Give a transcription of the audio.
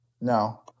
No